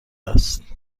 است